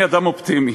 אני אדם אופטימי,